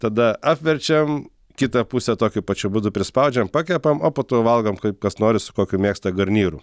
tada apverčiam kitą pusę tokiu pačiu būdu prispaudžiam pakepam o po to valgom kaip kas nori su kokiu mėgsta garnyru